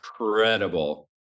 incredible